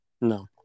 No